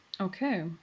Okay